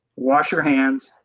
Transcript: wash your hands,